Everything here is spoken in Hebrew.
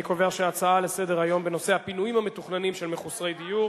אני קובע שההצעה לסדר-היום בנושא הפינויים המתוכננים של מחוסרי דיור